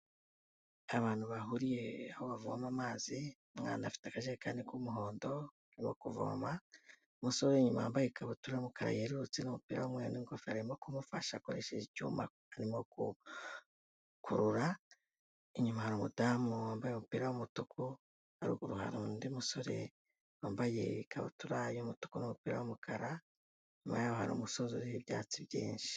Abantu bahuriye aho bavoma amazi, umwana afite akajerekani k'umuhondo arimo kuvoma umusore inyuma wambaye ikabutura y'umukara yerutse n'umupira w'umumweru n'ingofero arimo kumufasha akoresheje icyuma arimo gukurura, inyuma hari umudamu wambaye umupira w'umutuku, haruguru hari undi musore wambaye ikabutura y'umutuku n'umupira w'umukara, inyuma yaho hari umusozi uriho ibyatsi byinshi.